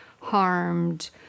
harmed